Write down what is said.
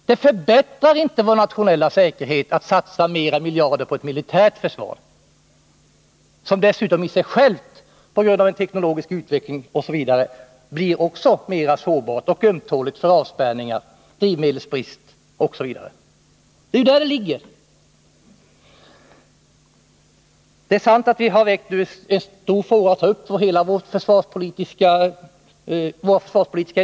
Det förbättrar inte vår nationella säkerhet att satsa flera miljarder på ett militärt försvar— som dessutom i sig självt på grund av den teknologiska utvecklingen blir alltmera sårbart och ömtåligt vid avspärrningar, drivmedelsbrist osv. Det är ju där felet ligger. Det är sant att detta är en stor fråga att ta upp — det är hela vår försvarspolitiska idéinställning.